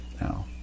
now